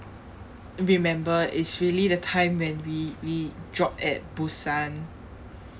remember is really the time when we we drop at busan